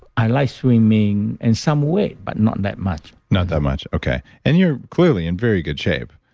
i like swimming, and some weight, but not that much not that much, okay. and you're clearly in very good shape.